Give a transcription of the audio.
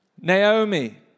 Naomi